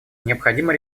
необходимо